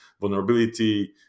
vulnerability